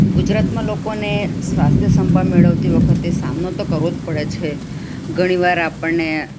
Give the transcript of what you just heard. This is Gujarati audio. ગુજરાતમાં લોકોને સ્વાસ્થ્ય સંભાળ મેળવતી વખતે સામનો તો કરવો જ પડે છે ઘણી વાર આપણને